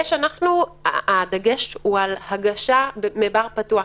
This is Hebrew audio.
הדגש הוא על הגשה מבר פתוח.